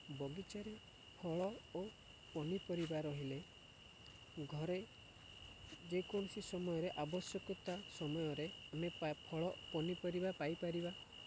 ବଗିଚାରେ ଫଳ ଓ ପନିପରିବା ରହିଲେ ଘରେ ଯେକୌଣସି ସମୟରେ ଆବଶ୍ୟକତା ସମୟରେ ଆମେ ଫଳ ପନିପରିବା ପାଇପାରିବା